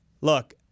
look